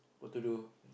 what to do